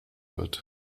wird